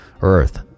earth